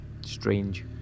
strange